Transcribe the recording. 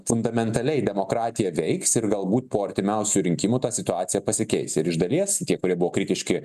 fundamentaliai demokratija veiks ir galbūt po artimiausių rinkimų ta situacija pasikeis ir iš dalies tie kurie buvo kritiški